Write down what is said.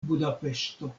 budapeŝto